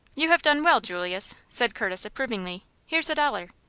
you have done well, julius, said curtis, approvingly. here's a dollar!